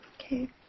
Okay